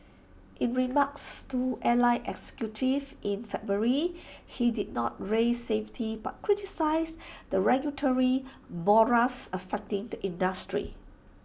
in remarks to airline executives in February he did not raise safety but criticised the regulatory morass affecting the industry